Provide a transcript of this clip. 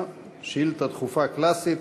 שאילתה דחופה קלאסית.